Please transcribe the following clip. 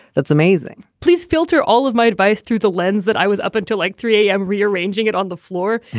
that's amazing please filter all of my advice through the lens that i was up until like three a m. rearranging it on the floor